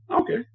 Okay